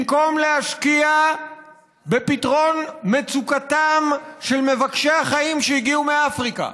במקום להשקיע בפתרון מצוקתם של מבקשי החיים שהגיעו מאפריקה,